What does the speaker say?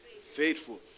faithful